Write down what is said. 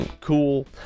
cool